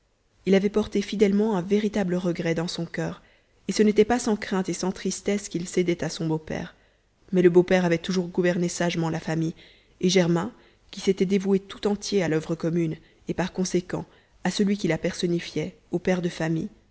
il avait porté fidèlement un véritable regret dans son cur et ce n'était pas sans crainte et sans tristesse qu'il cédait à son beau-père mais le beau-père avait toujours gouverné sagement la famille et germain qui s'était dévoué tout entier à l'uvre commune et par conséquent à celui qui la personnifiait au père de famille